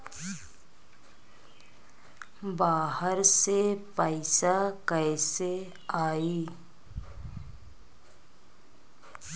बाहर से पैसा कैसे आई?